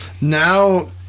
now